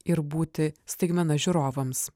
ir būti staigmena žiūrovams